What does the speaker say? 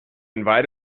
invite